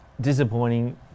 disappointing